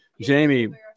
Jamie